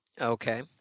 Okay